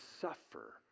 suffer